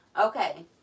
Okay